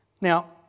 Now